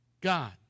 God